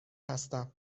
هستم